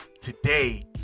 today